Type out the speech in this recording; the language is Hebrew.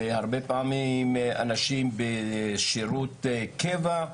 הרבה פעמים אנשים בשירות קבע,